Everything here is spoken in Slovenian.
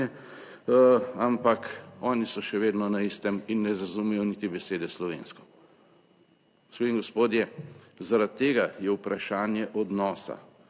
ampak oni so še vedno na istem in ne razumejo niti besede slovensko.« Gospe in gospodje. Zaradi tega je vprašanje odnosa